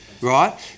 Right